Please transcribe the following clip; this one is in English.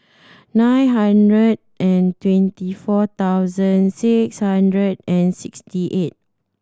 nine hundred and twenty four thousand six hundred and sixty eight